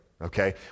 okay